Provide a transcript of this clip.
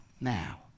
now